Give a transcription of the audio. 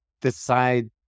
decide